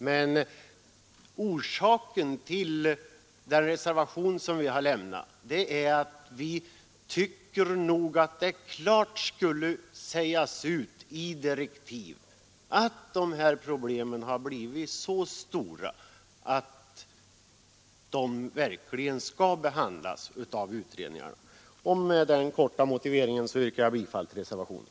Men orsaken till den reservation som vi har lämnat är att vi tycker att det klart skulle sägas ut i direktiv att dessa problem har blivit så stora att de verkligen skall behandlas av utredningarna. Med den korta motiveringen yrkar jag bifall till reservationen.